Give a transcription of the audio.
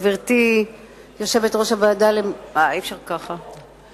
גברתי יושבת-ראש הוועדה, וואי, אי-אפשר ככה.